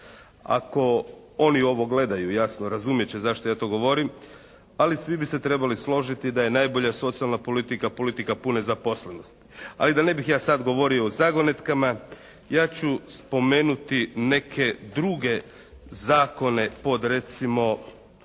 Ako oni ovo gledaju, jasno, razumjet će zašto ja to govorim? Ali svi bi se trebali složiti da je najbolja socijalna politika politika pune zaposlenosti. Ali da ne bih ja sad govorio u zagonetkama ja ću spomenuti neke druge zakone pod recimo